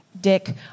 dick